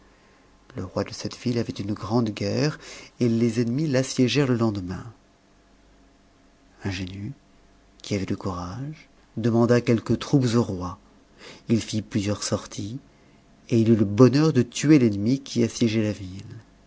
le roi de cette ville avait une grande guerre et les ennemis l'assiégèrent le lendemain ingénu qui avait du courage demanda quelques troupes au roi il fit plusieurs sorties et il eut le bonheur de tuer l'ennemi qui assiégeait la ville